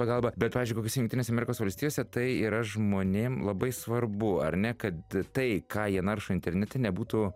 pagalba bet pavyzdžiui kokiose jungtinėse amerikos valstijose tai yra žmonėm labai svarbu ar ne kad tai ką jie naršo internete nebūtų